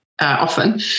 often